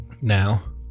now